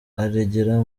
aragera